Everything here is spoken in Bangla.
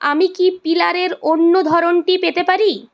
আমি কি পিলারের অন্য ধরনটি পেতে পারি